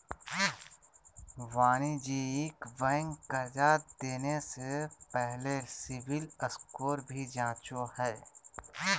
वाणिज्यिक बैंक कर्जा देने से पहले सिविल स्कोर भी जांचो हइ